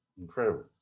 Incredible